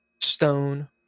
stone